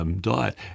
diet